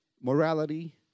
Morality